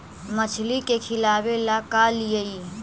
मछली के खिलाबे ल का लिअइ?